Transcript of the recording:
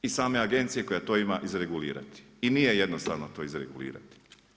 I same agencije koja to ima izregulirati i nije jednostavno to izregulirati.